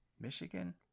Michigan